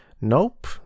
nope